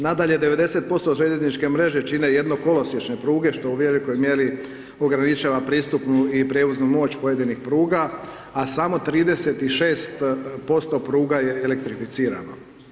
Nadalje, 90% željezničke mreže čine jednokolosječne pruge što u velikoj mjeri ograničava pristup i prijevoznu moć pojedinih pruga sa samo 36% pruga je elektrificirano.